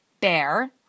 bear